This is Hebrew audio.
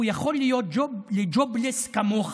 הוא יכול להיות jobless כמוך.